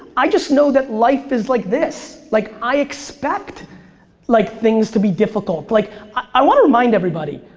i just know that life is like this. like i expect like things to be difficult. like i want to remind everybody,